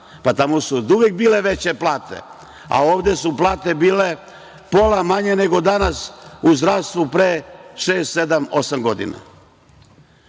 Pa, tamo su oduvek bile veće plate, a ovde su plate bile pola manje nego danas u zdravstvu pre šest, sedam,